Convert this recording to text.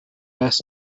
best